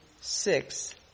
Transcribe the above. six